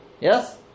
Yes